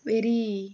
very